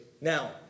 Now